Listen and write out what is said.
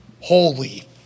holy